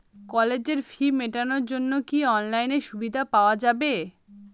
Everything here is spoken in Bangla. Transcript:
কলেজের ফি মেটানোর জন্য কি অনলাইনে সুবিধা পাওয়া যাবে?